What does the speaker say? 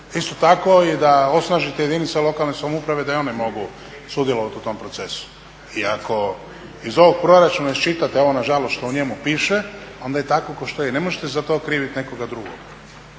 Isto tako i da osnažite jedinice lokalne samouprave da i one mogu sudjelovati u tom procesu. I ako iz ovog proračuna iščitate ovo na žalost što u njemu piše, onda je tako kao što je. Ne možete za to kriviti nekoga drugoga.